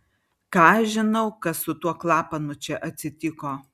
ką aš žinau kas su tuo klapanu čia atsitiko